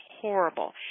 horrible